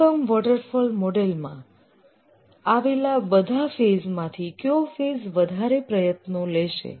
ઉત્તમ waterfall model માં આવેલા બધા ફેઝ માંથી કયો ફેઝ વધારે પ્રયત્નો લેશે